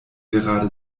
gerade